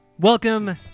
Welcome